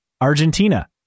Argentina